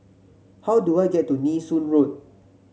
how do I get to Nee Soon Road